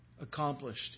accomplished